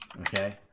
okay